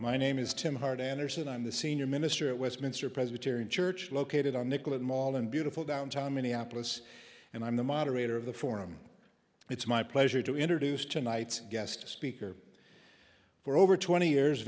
my name is tim hart anderson i'm the senior minister at westminster presbyterian church located on nicollet mall in beautiful downtown minneapolis and i'm the moderator of the forum it's my pleasure to introduce tonight's guest speaker for over twenty years